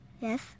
Yes